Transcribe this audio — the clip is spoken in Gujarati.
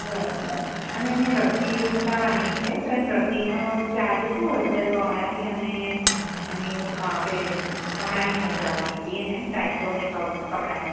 બરાબર અને એને રસી મુકાવવાની છે તો એની રસીનો ચાર્જ શું હશે કમળાની અને પેલી કમળાની મૂકવાની હતી અને ટાઇફોડને કમળાની